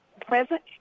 present